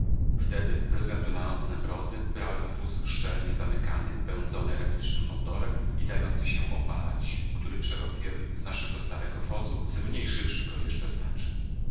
wtedy ze względu na nocne mrozy brałem wóz szczelnie zamykany pędzony elektrycznym motorem i dający się opalać który przerobiłem z naszego starego wozu zmniejszywszy go jeszcze znacznie